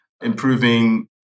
improving